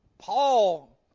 Paul